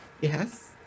Yes